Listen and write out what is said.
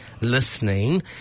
listening